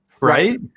right